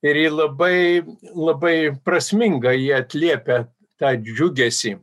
ir ji labai labai prasminga ji atliepia tą džiugesį